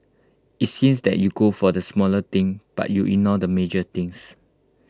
IT seems that you go for the smaller thing but you ignore the major things